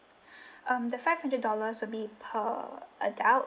um the five hundred dollars will be per adult